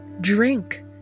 drink